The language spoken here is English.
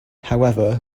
however